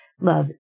Love